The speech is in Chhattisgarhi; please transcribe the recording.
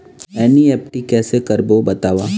एन.ई.एफ.टी कैसे करबो बताव?